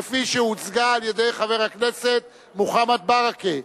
כפי שהוצגה על-ידי חבר הכנסת מוחמד ברכה.